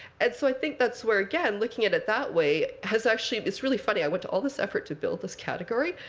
so i think that's where, again looking at it that way has actually it's really funny. i went to all this effort to build this category.